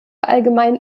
allgemein